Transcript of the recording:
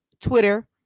Twitter